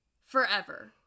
forever